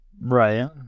Right